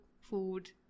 food